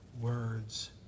words